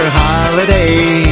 holiday